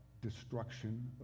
destruction